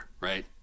right